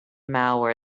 malware